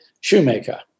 shoemaker